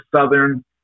Southern